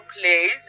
plays